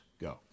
go